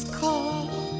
call